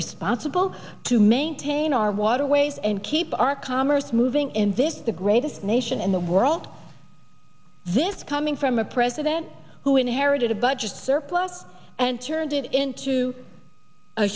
responsible to maintain our water ways and keep our commerce moving in this the greatest nation in the world this coming from a president who inherited a budget surplus and turned it into a